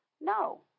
No